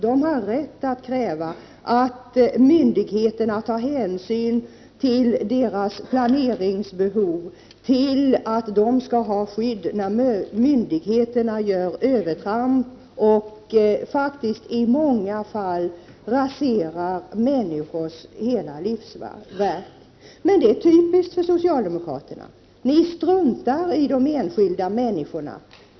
De har rätt att kräva att myndigheterna tar hänsyn till deras planeringsbehov, till att de skall ha skydd när myndigheterna gör övertramp och faktiskt i många fall raserar människors hela livsverk. Men det är typiskt för socialdemokraterna. Ni struntar i de enskilda människorna.